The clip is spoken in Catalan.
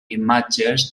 imatges